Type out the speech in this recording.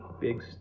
big